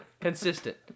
consistent